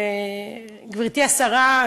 גברתי השרה,